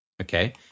Okay